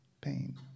pain